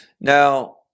Now